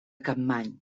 capmany